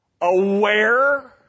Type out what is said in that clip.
aware